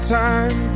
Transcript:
time